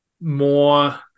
more